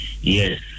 Yes